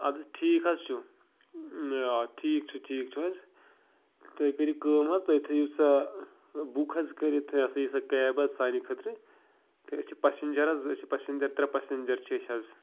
اَدٕ حظ ٹھیٖک حظ چھُ ٹھیٖک چھُ ٹھیٖک چھُ حظ تُہۍ کٔرِو کٲم حظ تُہۍ تھٲیِو سۄ بُک حظ کٔرِتھ یہ ہَسا یہِ سۄ کیب حظ سانہِ خٲطرٕ تہٕ أسۍ چھِ پَسیٚنجَر حظ أسۍ چھِ پَسسنجَر ترٛےٚ پَسَنجَر چھِ أسۍ حظ